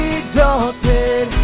exalted